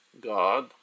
God